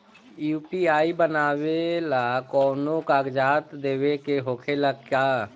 UPI बनावेला कौनो कागजात देवे के होखेला का?